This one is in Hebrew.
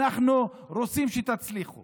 אנחנו רוצים שתצליחו